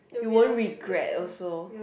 you won't regret also